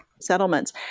settlements